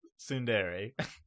Sundari